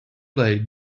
play